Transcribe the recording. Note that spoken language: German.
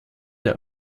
der